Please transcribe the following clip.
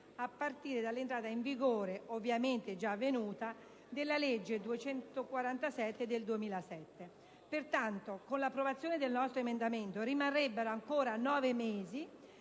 a partire dell'entrata in vigore - ovviamente già avvenuta - della legge n. 247 del 2007. Pertanto, con l'approvazione del nostro emendamento, rimarrebbero ancora nove mesi